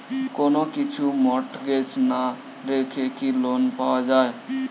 কোন কিছু মর্টগেজ না রেখে কি লোন পাওয়া য়ায়?